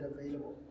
available